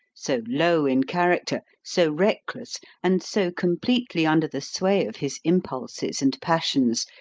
so low in character, so reckless, and so completely under the sway of his impulses and passions,